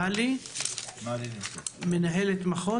מלי שרביט מנהלת מחוז